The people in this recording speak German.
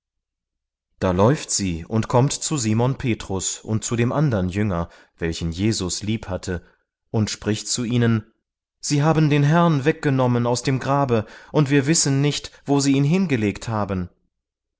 da läuft sie und kommt zu simon petrus und zu dem andern jünger welchen jesus liebhatte und spricht zu ihnen sie haben den herrn weggenommen aus dem grabe und wir wissen nicht wo sie ihn hin gelegt haben